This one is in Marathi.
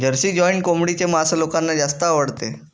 जर्सी जॉइंट कोंबडीचे मांस लोकांना जास्त आवडते